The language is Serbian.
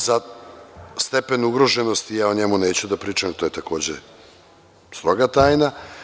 Za stepen ugroženosti, ja o njemu neću da pričam, to je takođe stroga tajna.